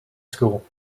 school